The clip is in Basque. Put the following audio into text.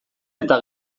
eta